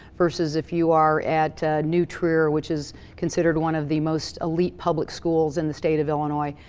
versus if you are at new trier, which is considered one of the most elite public schools in the state of illinois,